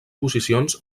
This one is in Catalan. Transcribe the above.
posicions